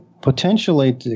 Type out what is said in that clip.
potentially